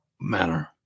manner